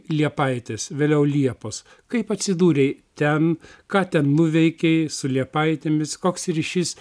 liepaitės vėliau liepos kaip atsidūrei ten ką ten nuveikei su liepaitėmis koks ryšys